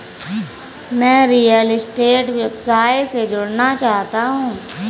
मैं real estate व्यवसाय से जुड़ना चाहता हूँ